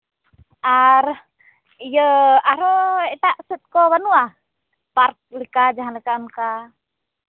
ᱟᱨ ᱤᱭᱟᱹ ᱟᱨᱦᱚᱸ ᱮᱴᱟᱜ ᱥᱮᱫ ᱠᱚ ᱵᱟᱹᱱᱩᱜᱼᱟ ᱯᱟᱨᱠ ᱞᱮᱠᱟ ᱡᱟᱦᱟᱸ ᱞᱮᱠᱟ ᱚᱱᱠᱟ